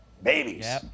Babies